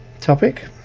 topic